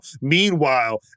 Meanwhile